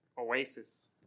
oasis